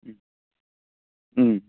ம் ம்